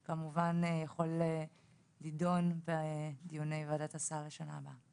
זה כמובן יכול להידון בדיוני ועדת הסל בשנה הבאה.